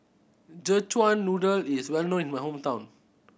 Szechuan Noodle is well known in my hometown